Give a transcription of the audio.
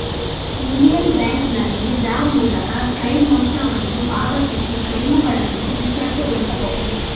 Indian ಬ್ಯಾಂಕಿನಲ್ಲಿ ಡ್ರಾ ಮೂಲಕ ಕ್ಲೈಮ್ ಮೊತ್ತವನ್ನು ಪಾವತಿಸಿ ಕ್ಲೈಮುಗಳನ್ನು ಇತ್ಯರ್ಥಗೊಳಿಸಬಹುದು